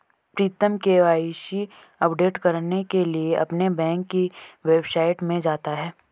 प्रीतम KYC update करने के लिए अपने बैंक की वेबसाइट में जाता है